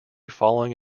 falling